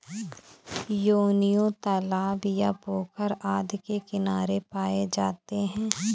योनियों तालाब या पोखर आदि के किनारे पाए जाते हैं